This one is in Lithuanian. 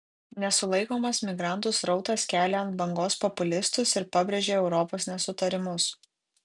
nesulaikomas migrantų srautas kelia ant bangos populistus ir pabrėžia europos nesutarimus